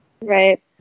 Right